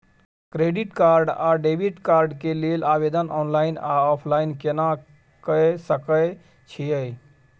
Credit card आ debit card के लेल आवेदन ऑनलाइन आ ऑफलाइन केना के सकय छियै?